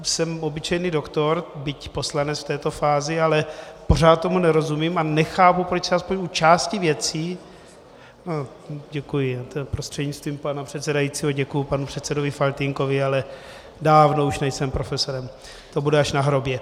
Jsem obyčejný doktor, byť poslanec v této fázi, ale pořád tomu nerozumím a nechápu, proč se aspoň u části věcí prostřednictvím pana předsedajícího děkuji panu předsedovi Faltýnkovi, ale dávno už nejsem profesorem, to bude až na hrobě.